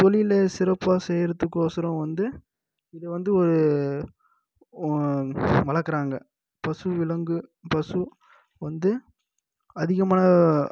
வெளியில் சிறப்பாக செய்கிறத்துக்கோசறம் வந்து இது வந்து ஒரு வளர்க்குறாங்க பசு விலங்கு பசு வந்து அதிகமான